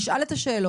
נשאל את השאלות,